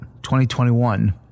2021